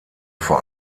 vor